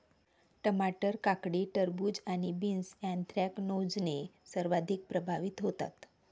टमाटर, काकडी, खरबूज आणि बीन्स ऍन्थ्रॅकनोजने सर्वाधिक प्रभावित होतात